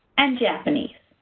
and japanese.